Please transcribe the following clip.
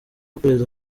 perezida